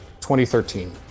2013